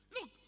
Look